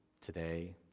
today